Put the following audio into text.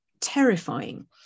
terrifying